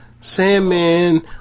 Sandman